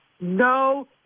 No